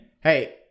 Hey